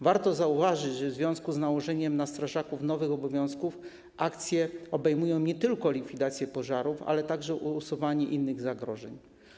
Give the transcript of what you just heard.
Warto zauważyć, że w związku z nałożeniem na strażaków nowych obowiązków akcje obejmują nie tylko likwidację pożarów, ale także usuwanie innych zagrożeń.